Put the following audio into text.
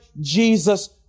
Jesus